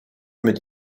mit